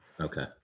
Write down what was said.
Okay